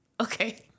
okay